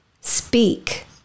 speak